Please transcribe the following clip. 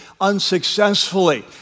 unsuccessfully